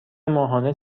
ماهانه